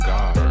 God